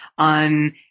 On